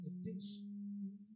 addiction